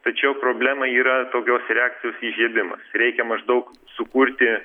tačiau problema yra tokios reakcijos įžiebimas reikia maždaug sukurti